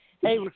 Hey